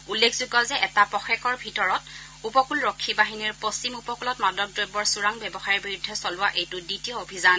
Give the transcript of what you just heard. উল্লেখযোগ্য যে এটা পযেকৰ ভিতৰত আই চি জিয়ে পশ্চিম উপকূলত মাদক দ্ৰব্যৰ চোৰাং ব্যৱসায়ৰ বিৰুদ্ধে চলোৱা এইটো দ্বিতীয় অভিযান